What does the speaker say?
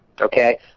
okay